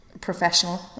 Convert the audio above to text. professional